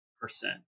percent